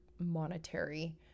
monetary